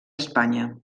espanya